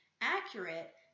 accurate